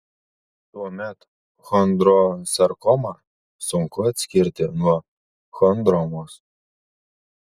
tuomet chondrosarkomą sunku atskirti nuo chondromos